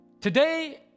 today